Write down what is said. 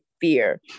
fear